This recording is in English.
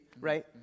right